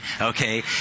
Okay